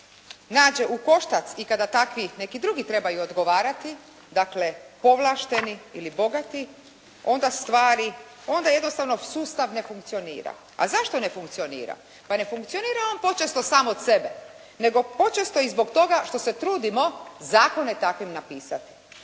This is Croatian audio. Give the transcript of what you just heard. nađe u koštac i kada takvi neki drugi trebaju odgovarati, dakle povlašteni ili bogati onda jednostavno sustav ne funkcionira. A zašto ne funkcionira? Pa ne funkcionira on počesto sam od sebe nego počesto i zbog toga što se trudimo zakone takvim napisati.